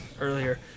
earlier